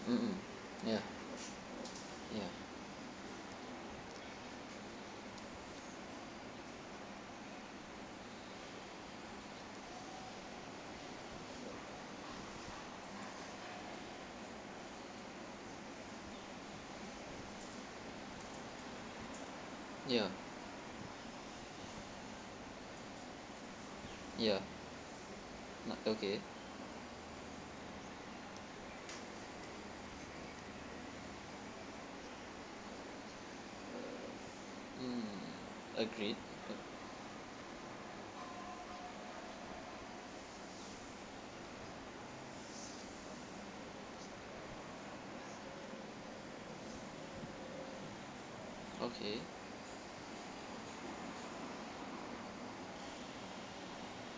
mmhmm ya ya ya ya na~ okay mm agreed a~ okay